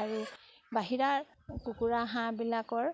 আৰু বাহিৰা কুকুৰা হাঁহবিলাকৰ